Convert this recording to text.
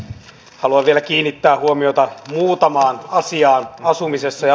haluan vielä kiinnittää huomiota muutamaan asiaan asumisessa ja